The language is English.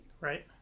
Right